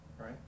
right